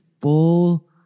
full